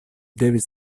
devis